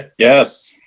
yes.